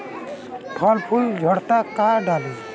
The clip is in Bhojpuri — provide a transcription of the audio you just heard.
फल फूल झड़ता का डाली?